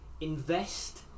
invest